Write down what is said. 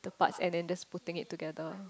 the part and then just putting it together